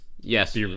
Yes